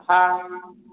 हा